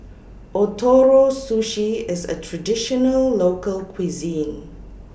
Ootoro Sushi IS A Traditional Local Cuisine